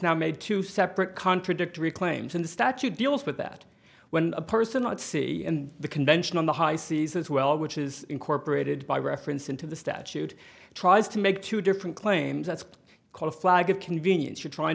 now made two separate contradictory claims in the statute deals with that when a person at sea and the convention on the high seas as well which is incorporated by reference into the statute tries to make two different claims that's called a flag of convenience you're trying